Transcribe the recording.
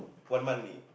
one month only